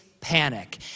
panic